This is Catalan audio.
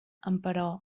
emperò